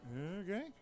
Okay